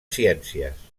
ciències